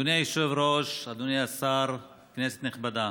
אדוני היושב-ראש, אדוני השר, כנסת נכבדה,